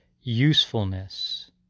usefulness